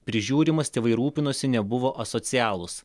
prižiūrimas tėvai rūpinosi nebuvo asocialūs